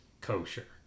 kosher